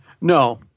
No